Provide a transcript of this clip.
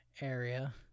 area